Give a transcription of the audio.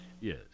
Yes